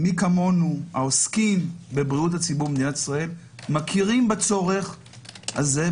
מי כמונו העוסקים בבריאות הציבור במדינת ישראל מכירים בצורך הזה.